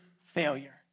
failure